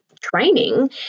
training